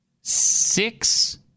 Six